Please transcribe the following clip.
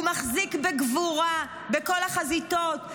הוא מחזיק בגבורה בכל החזיתות.